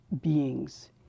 beings